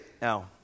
Now